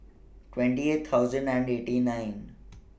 twenty eight thousand and eighty nine